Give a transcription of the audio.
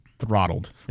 throttled